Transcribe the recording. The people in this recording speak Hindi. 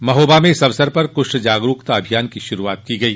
महोबा में इस अवसर पर कुष्ठ जागरूकता अभियान की श्रूआत की गई